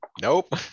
Nope